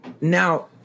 now